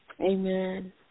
amen